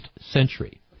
century